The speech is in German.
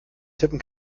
tippen